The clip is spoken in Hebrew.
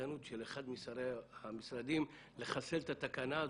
פחדנות של אחד משרי המשרדים לחסל את התקנה הזו.